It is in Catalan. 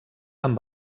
amb